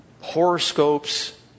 horoscopes